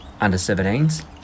Under-17s